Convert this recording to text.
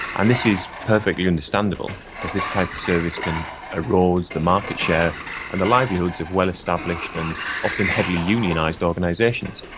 and this is perfectly understandable as this type of service can erode the market share and the livelihoods of well-established and often heavily unionised organisations.